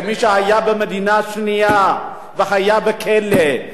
כמי שהיה במדינה שנייה והיה בכלא,